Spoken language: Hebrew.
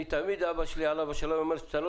תמיד אבא שלי עליו השלום אמר שאני לא